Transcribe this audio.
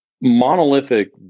monolithic